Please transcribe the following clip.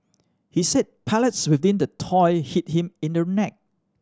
he said pellets within the toy hit him in the neck